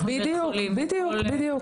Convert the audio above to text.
CDS האמריקאי,